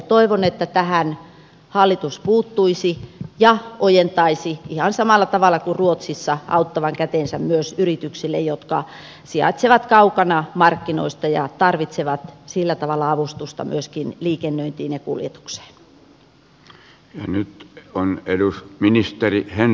toivon että tähän hallitus puuttuisi ja ojentaisi ihan samalla tavalla kuin ruotsissa auttavan kätensä myös yrityksille jotka sijaitsevat kaukana markkinoista ja tarvitsevat sillä tavalla avustusta myöskin liikennöintiin ja kuljetukseen